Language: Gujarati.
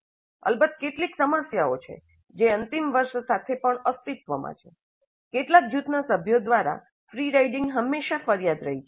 અલબત્ત કેટલીક સમસ્યાઓ છે જે અંતિમ વર્ષ સાથે પણ અસ્તિત્વમાં છે કેટલાક જૂથના સભ્યો દ્વારા ફ્રી રાઇડિંગ હંમેશાં ફરિયાદ રહી છે